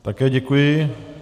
Také děkuji.